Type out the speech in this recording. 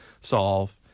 solve